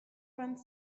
vingt